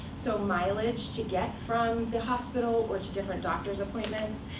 so mileage to get from the hospital, or to different doctor's appointments.